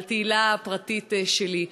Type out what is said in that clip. על תהילה הפרטית שלי.